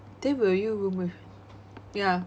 then will you room with ya